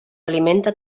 alimenta